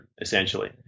essentially